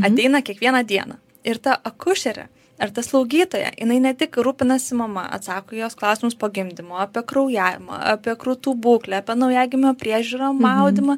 ateina kiekvieną dieną ir ta akušerė ar ta slaugytoja jinai ne tik rūpinasi mama atsako į jos klausimus po gimdymo apie kraujavimą apie krūtų būklę apie naujagimio priežiūrą maudymą